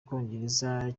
bwongereza